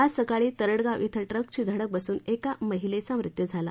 आज सकाळी तरडगाव श्रे ट्रकची धडक बसून एका महिलेचा मृत्यू झाला